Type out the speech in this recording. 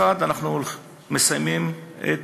אנחנו מסיימים את